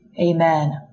amen